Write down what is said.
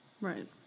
right